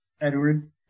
Edward